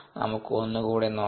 നമുക്ക് ഒന്ന് കൂടി നോക്കാം